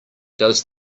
does